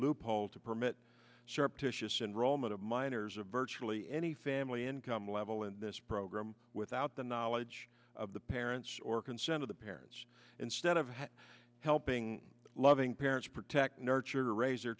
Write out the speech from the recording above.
loophole to permit sharp tisha syndrome of minors or virtually any family income level in this program without the knowledge of the parents or consent of the parents instead of helping loving parents protect nurture raise their